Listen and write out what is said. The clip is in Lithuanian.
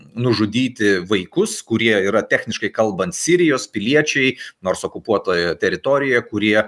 nužudyti vaikus kurie yra techniškai kalbant sirijos piliečiai nors okupuotoje teritorijoje kurie